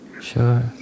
Sure